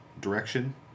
Direction